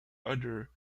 other